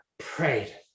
prayed